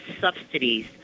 subsidies